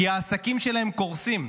כי העסקים שלהם קורסים,